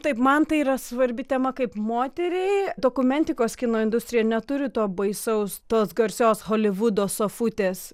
taip man tai yra svarbi tema kaip moteriai dokumentikos kino industrija neturi to baisaus tos garsios holivudo sofutės